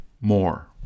more